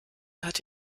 hatte